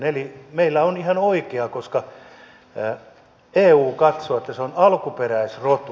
eli meillä on ihan oikea koska eu katsoo että se on alkuperäisrotu